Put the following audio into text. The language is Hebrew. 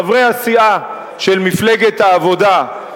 חברי הסיעה של מפלגת העבודה,